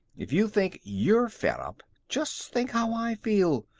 if you think you're fed up, just think how i feel.